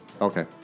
Okay